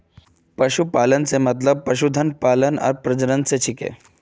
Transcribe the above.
पशुपालन स मतलब पशुधन पालन आर प्रजनन स छिके